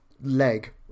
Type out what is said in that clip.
leg